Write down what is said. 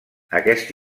aquest